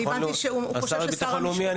אני הבנתי שהוא חושב ששר המשפטים מתאים.